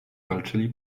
walczyli